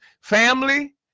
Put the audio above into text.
Family